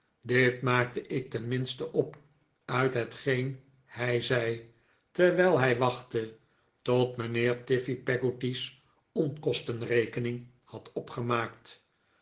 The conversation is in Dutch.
dit maakte ik tenminste op uit hetgeen hij zei terwijl kij wachtte tot mijnheer tiffey peggotty's onkostenrekening had opgemaakt